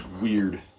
weird